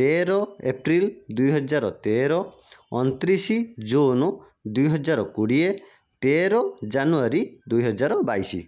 ତେର ଏପ୍ରିଲ୍ ଦୁଇହଜାର ତେର ଅଣତିରିଶ ଜୁନ୍ ଦୁଇହଜାର କୋଡ଼ିଏ ତେର ଜାନୁଆରୀ ଦୁଇହଜାର ବାଇଶ